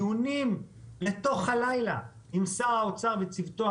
דיונים לתוך הלילה עם שר האוצר וצוותו.